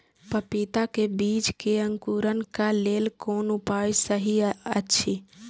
पपीता के बीज के अंकुरन क लेल कोन उपाय सहि अछि?